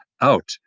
out